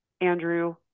Andrew